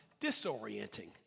disorienting